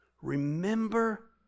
Remember